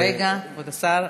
רגע, כבוד השר.